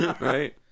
Right